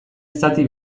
zati